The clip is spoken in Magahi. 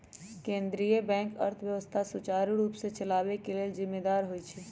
केंद्रीय बैंक अर्थव्यवस्था सुचारू रूप से चलाबे के लेल जिम्मेदार होइ छइ